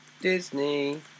Disney